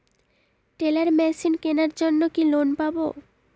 Teller machine কেনার জন্য কি লোন পাব?